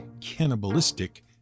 cannibalistic